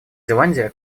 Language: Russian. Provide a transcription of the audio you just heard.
зеландия